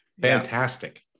fantastic